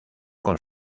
con